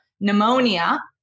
pneumonia